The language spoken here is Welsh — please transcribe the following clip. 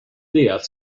deall